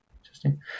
Interesting